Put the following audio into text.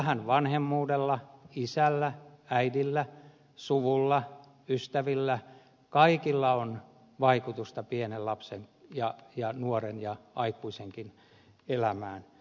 kyllähän vanhemmuudella isällä äidillä suvulla ystävillä kaikilla on vaikutusta pienen lapsen ja nuoren ja aikuisenkin elämään